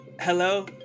Hello